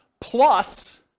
plus